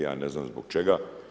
Ja ne znam zbog čega.